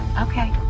okay